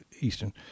Eastern